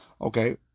okay